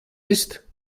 ist